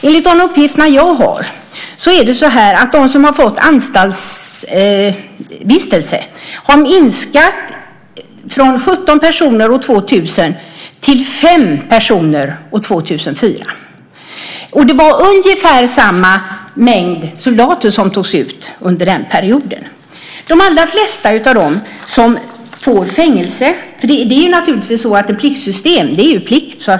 Enligt de uppgifter jag har har antalet som har fått anstaltsvistelse minskat från 17 personer år 2000 till 5 personer år 2004. Det var ungefär samma mängd soldater som togs ut under den perioden. Ett pliktsystem innebär naturligtvis plikt.